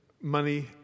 money